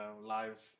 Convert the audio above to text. live